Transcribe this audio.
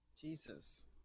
Jesus